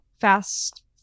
fast